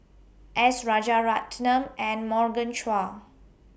S Rajaratnam and Morgan Chua